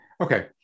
Okay